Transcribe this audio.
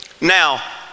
Now